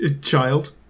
child